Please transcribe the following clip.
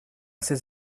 ces